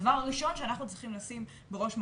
הדבר הראשון שאנחנו צריכים לשים בראש מעיננו,